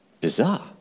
Bizarre